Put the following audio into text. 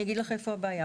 אני אגיד לך איפה הבעיה.